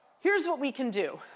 here's what we can do.